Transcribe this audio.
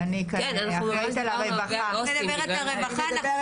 אני אחראית על הרווחה.